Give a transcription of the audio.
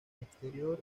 exterior